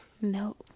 No